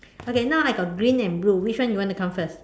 okay now I got green and blue which one you want to count first